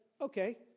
okay